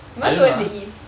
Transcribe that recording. more towards the east